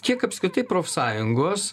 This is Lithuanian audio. kiek apskritai profsąjungos